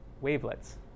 wavelets